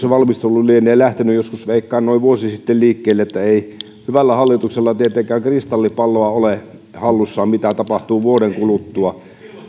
valmistelu lienee lähtenyt joskus veikkaan noin vuosi sitten liikkeelle eli ei hyvällä hallituksella tietenkään kristallipalloa ole hallussaan mitä tapahtuu vuoden kuluttua